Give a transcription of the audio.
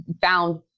found